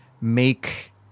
make